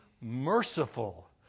merciful